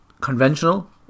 conventional